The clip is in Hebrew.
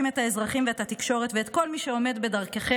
שקט בעברית כי הוא לא מבין עברית"; "ליהודים אני לא צועק ברא,